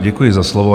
Děkuji za slovo.